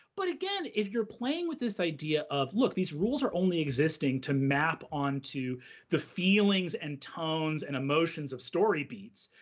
but, again, if you're playing with this idea of, look, these rules are only existing to map onto the feelings and tones and emotions of story beats,